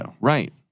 right